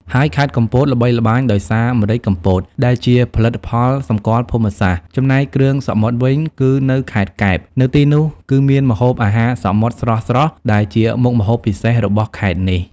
ហើយខេត្តកំពត ល្បីល្បាញដោយសារម្រេចកំពត ដែលជាផលិតផលសម្គាល់ភូមិសាស្ត្រ ចំណែកគ្រឿងសមុទ្រវិញគឺនៅខេត្តកែប នៅទីនោះគឺមានម្ហូបអាហារសមុទ្រស្រស់ៗ ដែលជាមុខម្ហូបពិសេសរបស់ខេត្តនេះ។